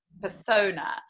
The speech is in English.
persona